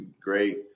great